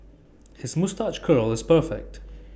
his moustache curl is perfect